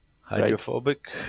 Hydrophobic